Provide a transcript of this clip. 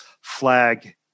flag